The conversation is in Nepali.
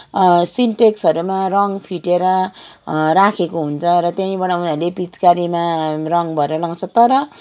सिन्टेक्सहरूमा रङ फिटेर राखेको हुन्छ र त्यहीँबाट उनीहरूले पिचकारीमा रङ भरेर लगाउँछ तर